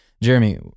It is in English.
Jeremy